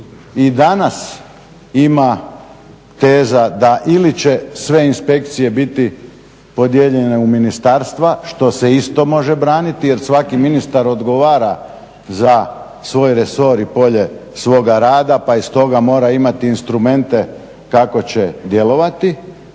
i danas ima teza da ili će sve inspekcije biti podijeljene u ministarstva što se isto može braniti, jer svaki ministar odgovara za svoj resor i polje svoga rada, pa i stoga mora imati instrumente kako će djelovati